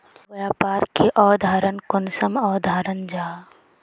व्यापार की अवधारण कुंसम अवधारण जाहा?